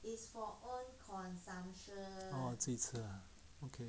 自己吃 ah okay